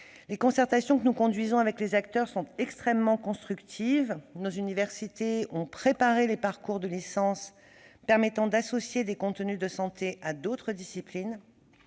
Les concertations que nous conduisons avec les acteurs sont extrêmement constructives. Nos universités ont préparé les parcours de licence permettant d'associer des contenus de santé à d'autres disciplines,